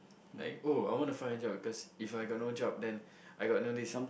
like oh I want to find a job because if I got no job then I got no this